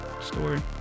story